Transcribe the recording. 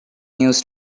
news